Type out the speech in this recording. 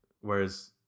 whereas